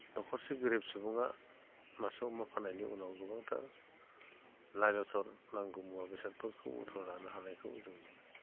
न'खरसे गोरिब सुबुङा मासे अमा फाननायनि उनाव गोबांथार लाय लथर नांगौ मुवा बेसादफोरखौ बुथुमना लानो हानायखौ जों नुयो